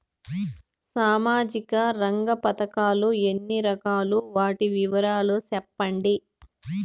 సామాజిక రంగ పథకాలు ఎన్ని రకాలు? వాటి వివరాలు సెప్పండి